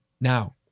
Now